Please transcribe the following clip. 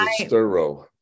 thorough